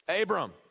Abram